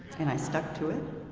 and i stuck to it.